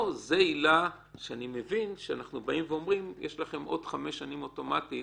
פה זו עילה שאני מבין שאנחנו אומרים יש לכם עוד חמש שנים אוטומטית